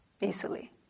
easily